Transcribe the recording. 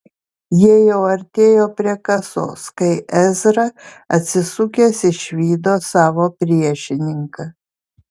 jie jau artėjo prie kasos kai ezra atsisukęs išvydo savo priešininką